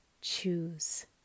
choose